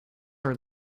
are